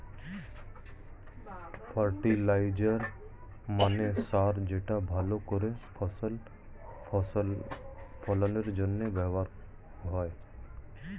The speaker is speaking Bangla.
ফার্টিলাইজার মানে সার যেটা ভালো করে ফসল ফলনের জন্য ব্যবহার হয়